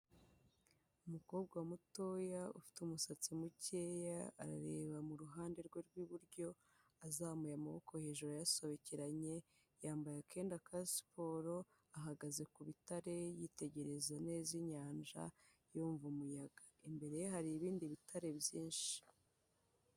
Umukobwa mutoya ufite umusatsi mukeya, arareba mu ruhande rwe rw'iburyo, azamuye amaboko hejuru ayasobekeranye, yambaye akenda ka siporo, ahagaze ku bitare yitegereza neza inyanja, yumva umuyaga. Imbere ye hari ibindi bitare byinshi.